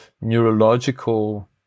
neurological